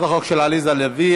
שמית.